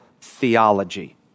theology